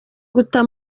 guta